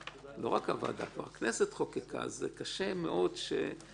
לא רק הוועדה - אז קשה מאוד שמישהו